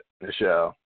Michelle